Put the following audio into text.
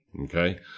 okay